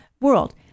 world